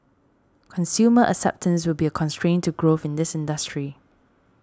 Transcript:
consumer acceptance will be a constraint to growth in this industry